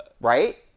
Right